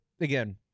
again